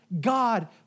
God